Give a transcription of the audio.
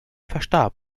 verstarb